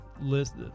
list